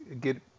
get